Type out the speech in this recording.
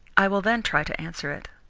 i will then try to answer it.